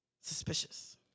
Suspicious